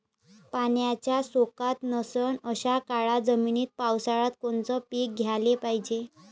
पाण्याचा सोकत नसन अशा काळ्या जमिनीत पावसाळ्यात कोनचं पीक घ्याले पायजे?